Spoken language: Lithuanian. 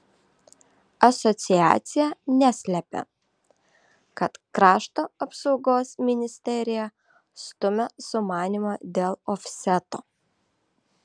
asociacija neslepia kad krašto apsaugos ministerija stumia sumanymą dėl ofseto